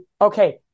okay